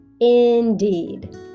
Indeed